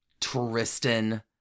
Tristan